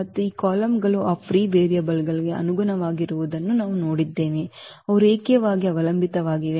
ಮತ್ತು ಈ ಕಾಲಮ್ಗಳು ಆ ಫ್ರೀ ವೇರಿಯಬಲ್ ಗಳಿಗೆ ಅನುಗುಣವಾಗಿರುವುದನ್ನು ನಾವು ನೋಡಿದ್ದೇವೆ ಅವು ರೇಖೀಯವಾಗಿ ಅವಲಂಬಿತವಾಗಿವೆ